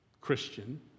Christian